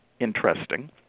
interesting